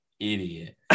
idiot